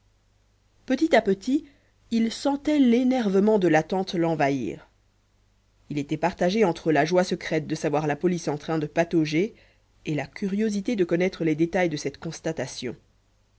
petit à petit il sentait l'énervement de l'attente l'envahir il était partagé entre la joie secrète de savoir la police en train de patauger et la curiosité de connaître les détails de cette constatation